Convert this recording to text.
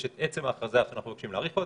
יש את עצם ההכרזה שאנחנו מבקשים להאריך אותה,